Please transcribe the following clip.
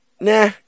Nah